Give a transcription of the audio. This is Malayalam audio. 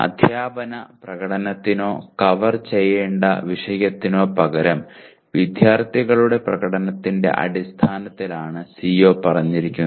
അദ്ധ്യാപന പ്രകടനത്തിനോ കവർ ചെയ്യേണ്ട വിഷയത്തിനോ പകരം വിദ്യാർത്ഥികളുടെ പ്രകടനത്തിന്റെ അടിസ്ഥാനത്തിലാണ് CO പറഞ്ഞിരിക്കുന്നത്